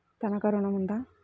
తనఖా ఋణం ఉందా?